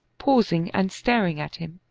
fausing and staring at him,